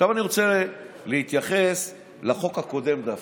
עכשיו אני רוצה להתייחס לחוק הקודם דווקא.